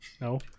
No